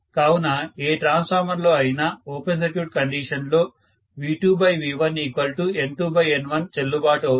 కావున ఏ ట్రాన్స్ఫార్మర్ లో అయినా ఓపెన్ సర్క్యూట్ కండిషన్ లో V2V1N2N1 చెల్లుబాటు అవుతుంది